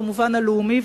במובן הלאומי,